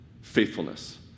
faithfulness